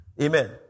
Amen